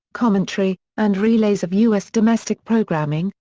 commentary, and relays of u s. domestic programming,